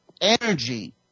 energy